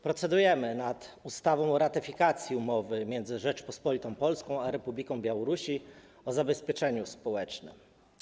Procedujemy nad ustawą o ratyfikacji umowy między Rzecząpospolitą Polską a Republiką Białorusi o zabezpieczeniu społecznym.